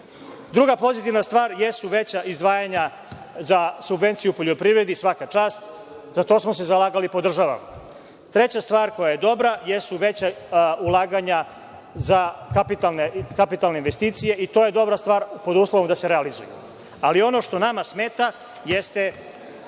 imali. Druga pozitivna stvar, jesu veća izdvajanja za subvencije u poljoprivredi, svaka čast. Za to smo se zalagali, podržavam. Treća stvar, koja je dobra, jesu veća ulaganja za kapitalne investicije i to je dobra stvar pod uslovom da se realizuju. Ali, ono što nama smeta jeste